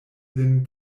lin